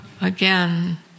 again